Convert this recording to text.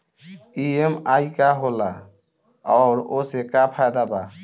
EMI का होला और ओसे का फायदा बा?